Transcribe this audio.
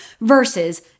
versus